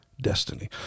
destiny